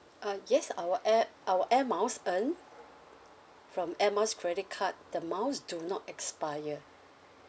uh yes our air our air miles earn from air miles credit card the miles do not expire